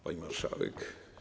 Pani Marszałek!